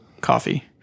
coffee